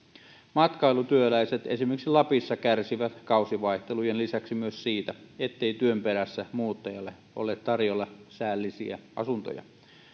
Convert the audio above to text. matkailutyöläiset esimerkiksi lapissa kärsivät kausivaihtelujen lisäksi myös siitä ettei työn perässä muuttajalle ole tarjolla säällisiä asuntoja